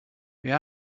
wer